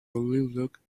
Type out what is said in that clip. looked